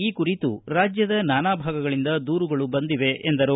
ಈ ಕುರಿತು ರಾಜ್ಯದ ನಾನಾ ಭಾಗಗಳಿಂದ ದೂರುಗಳು ಬಂದಿವೆ ಎಂದರು